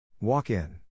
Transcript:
Walk-in